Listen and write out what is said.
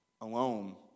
alone